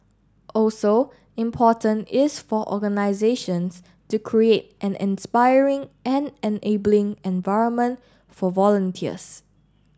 also important is for organisations to create an inspiring and enabling environment for volunteers